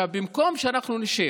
עכשיו, במקום שאנחנו נשב,